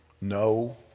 no